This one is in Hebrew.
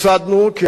הפסדנו, כי